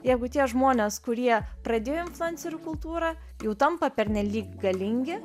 jeigu tie žmonės kurie pradėjo influencerių kultūrą jau tampa pernelyg galingi